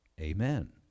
Amen